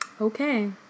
Okay